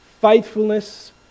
faithfulness